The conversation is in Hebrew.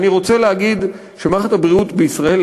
אני רוצה להגיד שמערכת הבריאות בישראל,